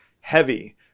heavy